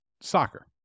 soccer